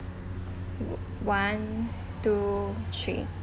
one two three